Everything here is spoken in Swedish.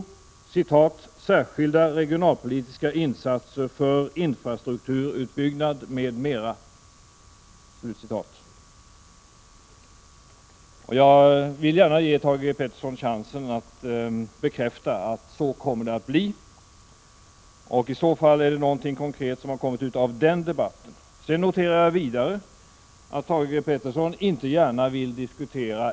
Särskilda regionalpolitiska insatser för infrastrukturutbyggnad, m.m”. Jag vill gärna ge Thage G. Peterson chansen att bekräfta att så kommer att bli fallet. I så fall är det ändå någonting konkret som har kommit ut av den debatten. Vidare konstaterar jag att det är två saker Thage G. Peterson inte gärna vill diskutera.